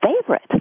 favorite